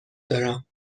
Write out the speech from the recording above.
دارم